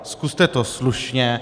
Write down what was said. Zkuste to slušně.